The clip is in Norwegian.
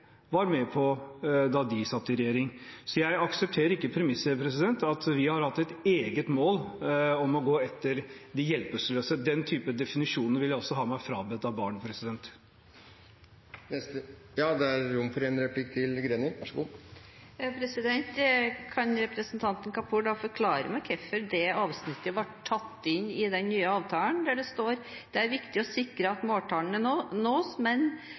var med på da de satt i regjering. Jeg aksepterer ikke premisset om at vi har hatt et eget mål om å gå etter de hjelpeløse. Den typen definisjoner om barn vil jeg ha meg frabedt. Kan representanten Kapur da forklare meg hvorfor dette avsnittet ble tatt inn i den nye avtalen: «Det er viktig å sikre at måltallene nås, men departementet forutsetter naturligvis at grunnleggende menneskelige hensyn ivaretas i etatens arbeid også med disse sakene.» Betyr ikke det at det i avtalen nettopp er presisert at